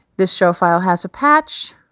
this show file has a patch